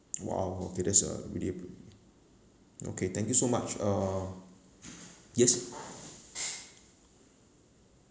!wow! okay that's a really okay thank you so much uh yes